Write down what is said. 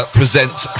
presents